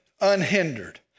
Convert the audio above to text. unhindered